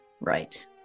Right